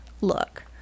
look